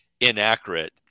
inaccurate